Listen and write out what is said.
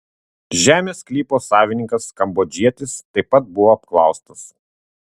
žemės sklypo savininkas kambodžietis taip pat buvo apklaustas